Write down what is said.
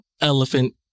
elephant